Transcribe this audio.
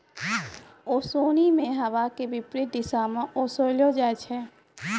ओसोनि मे हवा के विपरीत दिशा म ओसैलो जाय छै